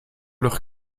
leur